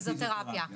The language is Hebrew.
פיזיותרפיה.